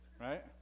right